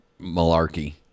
malarkey